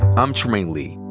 i'm trymaine lee,